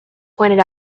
pointed